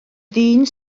ddyn